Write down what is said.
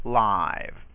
live